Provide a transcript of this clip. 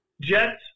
jets